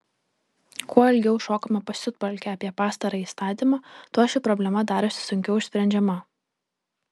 kuo ilgiau šokame pasiutpolkę apie pastarąjį įstatymą tuo ši problema darosi sunkiau išsprendžiama